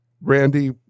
Randy